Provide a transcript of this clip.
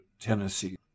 Tennessee